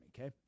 Okay